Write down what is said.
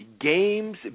games